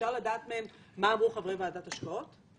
אפשר לדעת מהם מה אמרו חברת ועדת ההשקעות?